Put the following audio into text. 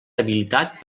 habilitat